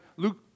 Luke